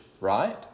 Right